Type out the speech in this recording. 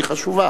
שהיא חשובה.